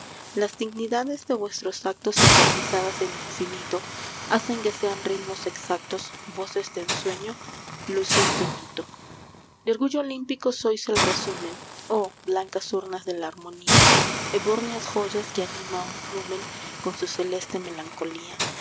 las dignidades de vuestros actos eternizadas en lo infinito hacen que sean ritmos exactos voces de ensueño luces de mito de orgullo olímpico sois el resumen oh blancas urnas de la armonía ebúrneas joyas que anima un numen con su celeste melancolía